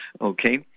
okay